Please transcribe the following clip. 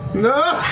matt